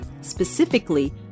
specifically